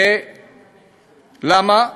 ולמה?